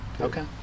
Okay